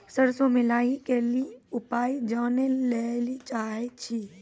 सरसों मे लाही के ली उपाय जाने लैली चाहे छी?